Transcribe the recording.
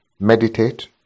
meditate